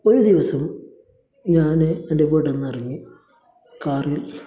ഒരു ദിവസം ഞാൻ എൻ്റെ വീട്ടിൽ നിന്നിറങ്ങി കാറിൽ